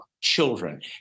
children